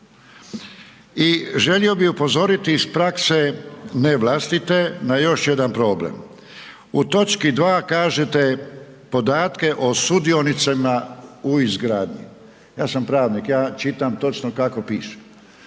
I želio bi upozoriti iz prakse, ne vlastite, na još jedan problem. U toč. 2. kažete podatke o sudionicima u izgradnji. Ja sam pravnik, ja čitam točno kako piše.